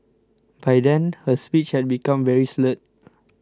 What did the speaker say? by then her speech had become very slurred